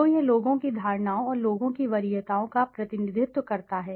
तो यह लोगों की धारणाओं और लोगों की वरीयताओं का प्रतिनिधित्व करता है